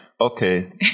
okay